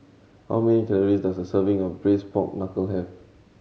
how many calories does a serving of Braised Pork Knuckle have